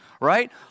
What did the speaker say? right